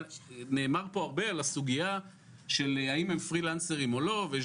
נאמר פה הרבה על הסוגיה אם הם פרילנסרים או לא ויש